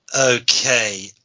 Okay